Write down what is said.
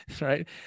right